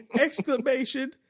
Exclamation